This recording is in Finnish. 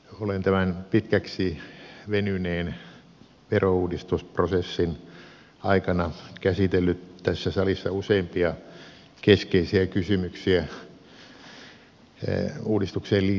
olen tämän pitkäksi venyneen verouudistusprosessin aikana käsitellyt tässä salissa useimpia keskeisiä kysymyksiä uudistukseen liittyen